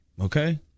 Okay